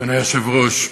אדוני היושב-ראש,